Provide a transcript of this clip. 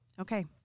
Okay